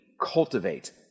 cultivate